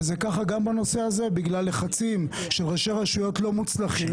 וזה ככה גם בנושא הזה בגלל לחצים של ראשי רשויות לא מוצלחים,